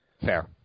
Fair